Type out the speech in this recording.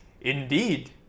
Indeed